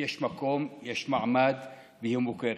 יש מקום, יש מעמד והיא מוכרת.